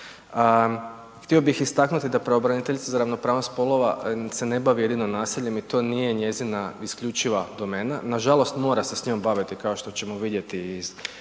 htio bih istaknuti da pravobraniteljica za ravnopravnost spolova se ne bavi jedino nasiljem i to nije njezina isključiva domena. Nažalost mora se s njom baviti kao što ćemo vidjeti i